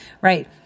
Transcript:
right